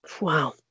Wow